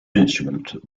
instrument